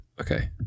Okay